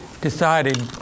decided